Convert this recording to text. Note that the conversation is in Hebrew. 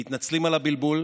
מתנצלים על הבלבול,